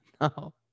No